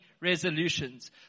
resolutions